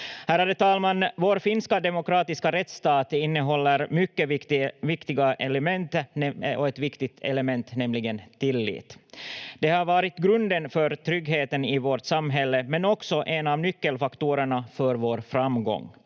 Ärade talman! Vår finska demokratiska rättsstat innehåller ett mycket viktigt element, nämligen tillit. Det har varit grunden för tryggheten i vårt samhälle men också en av nyckelfaktorerna för vår framgång.